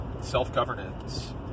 self-governance